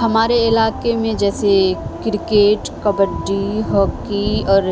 ہمارے علاقے میں جیسے کرکٹ کبڈی ہاکی اور